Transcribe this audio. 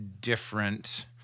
different